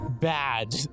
bad